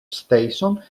station